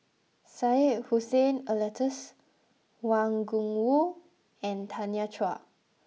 Syed Hussein Alatas Wang Gungwu and Tanya Chua